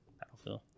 Battlefield